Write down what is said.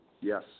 Yes